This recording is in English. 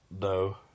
No